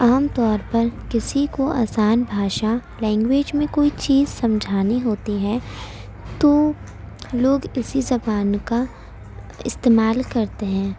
عام طور پر کسی کو آسان بھاشا لینگویج میں کوئی چیز سمجھانی ہوتی ہے تو لوگ اِسی زبان کا استعمال کرتے ہیں